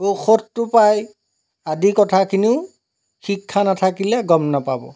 ঔষধটো পায় আদি কথাখিনিও শিক্ষা নাথাকিলে গম নাপাব